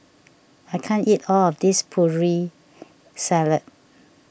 I can't eat all of this Putri Salad